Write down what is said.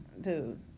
dude